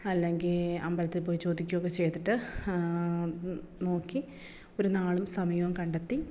അല്ലെങ്കിൽ അമ്പലത്തിൽ പോയി ചോദിക്കുക ഒക്കെ ചെയ്തിട്ട് നോക്കി ഒരു നാളും സമയവു കണ്ടെത്തി